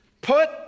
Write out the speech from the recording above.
Put